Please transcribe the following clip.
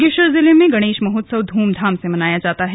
बागेश्वर जिले में गणेश महोत्सव ध्रमधाम से मनाया जाता है